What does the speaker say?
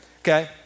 Okay